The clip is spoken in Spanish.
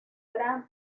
gran